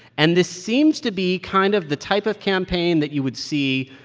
and this seems to be kind of the type of campaign that you would see,